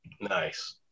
Nice